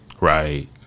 right